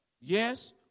Yes